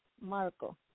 Marco